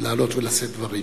לעלות ולשאת דברים.